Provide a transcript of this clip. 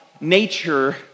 nature